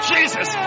Jesus